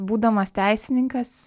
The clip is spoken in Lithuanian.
būdamas teisininkas